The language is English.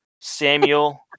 Samuel